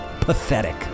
Pathetic